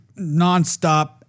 nonstop